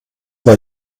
war